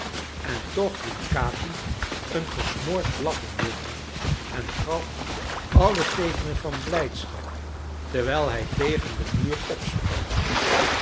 en toch liet capi een gesmoord blaffen hooren en gaf alle teekenen van blijdschap terwijl hij tegen den muur opsprong